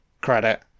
credit